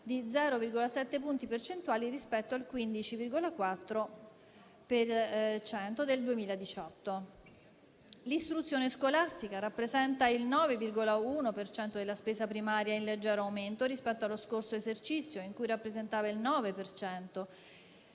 di 0,7 punti percentuali rispetto al 15,4 per cento del 2018. L'istruzione scolastica rappresenta il 9,1 per cento della spesa primaria, in leggero aumento rispetto allo scorso esercizio, in cui rappresentava il 9